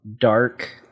dark